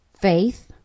faith